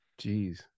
Jeez